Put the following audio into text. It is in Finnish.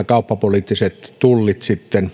kauppapoliittisista tulleista